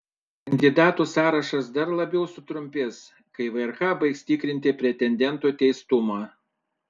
kandidatų sąrašas dar labiau sutrumpės kai vrk baigs tikrinti pretendentų teistumą